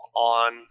on